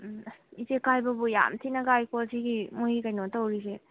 ꯎꯝ ꯑꯁ ꯏꯆꯦ ꯀꯥꯏꯕꯕꯨ ꯌꯥꯝ ꯊꯤꯅ ꯀꯥꯏꯀꯣ ꯁꯤꯒꯤ ꯃꯈꯣꯏꯒꯤ ꯀꯩꯅꯣ ꯇꯧꯔꯤꯁꯦ